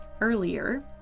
earlier